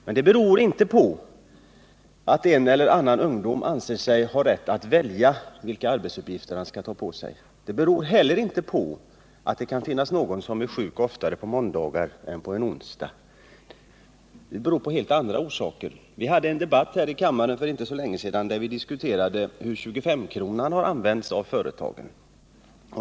Detta beror inte på att en eller annan ungdom anser sig ha rätt att välja vilka arbetsuppgifter han/hon skall ta på sig. Det beror heller inte på att det finns någon som är sjuk oftare på måndagar än på onsdagar. Det beror på helt andra saker. Vi hade för inte så länge sedan en debatt här i kammaren då vi diskuterade hur 25-kronan har använts av företagen.